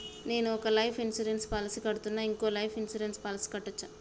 నేను ఒక life insurance policy కడ్తున్నా, ఇంకో లైఫ్ ఇన్సూరెన్స్ పాలసీ కట్టొచ్చా?